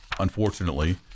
unfortunately